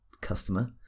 customer